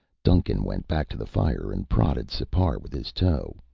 duncan went back to the fire and prodded sipar with his toe.